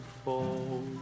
fall